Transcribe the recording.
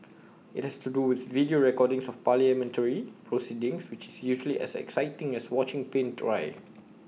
IT has to do with video recordings of parliamentary proceedings which is usually as exciting as watching paint dry